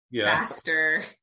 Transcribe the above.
faster